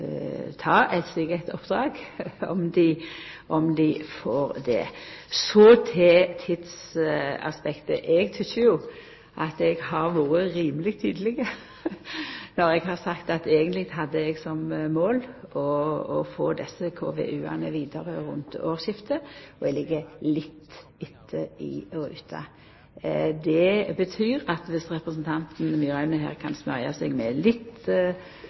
tidsaspektet. Eg tykkjer jo at eg har vore rimeleg tydeleg når eg har sagt at eigentleg hadde eg som mål å få desse KVU-ane rundt årsskiftet, men at eg ligg «litt etter ruta». Det betyr at dersom representanten Myraune kan smørja seg med litt